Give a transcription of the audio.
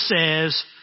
says